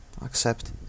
accept